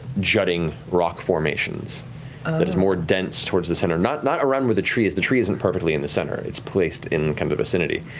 jutting rock formations and that is more dense towards the center. not not around where the tree is. the tree isn't perfectly in the center. it's placed in the kind of vicinity,